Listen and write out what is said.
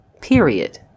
Period